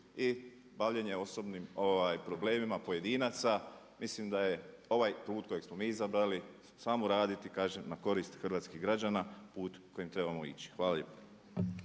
i bavljenja osobnim problemima pojedinaca. Mislim da je ovaj put kojeg smo mi izabrali samo raditi na korist hrvatskih građana put kojim trebamo ići. Hvala lijepo.